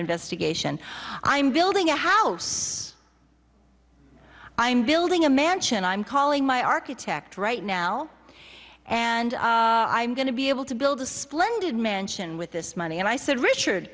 investigation i'm building a house i'm building a mansion i'm calling my architect right now and i'm going to be able to build a splendid mansion with this money and i said richard